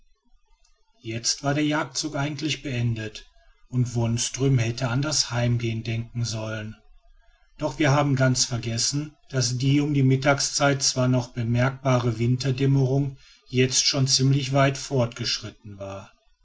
jetzt war der jagdzug eigentlich beendet und wonström hätte an das heimgehen denken sollen doch wir haben ganz vergessen daß die um die mittagzeit zwar noch bemerkbare winterdämmerung jetzt schon ziemlich weit vorgeschritten war